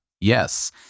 Yes